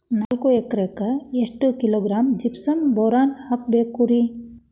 ನಾಲ್ಕು ಎಕರೆಕ್ಕ ಎಷ್ಟು ಕಿಲೋಗ್ರಾಂ ಜಿಪ್ಸಮ್ ಬೋರಾನ್ ಹಾಕಬೇಕು ರಿ?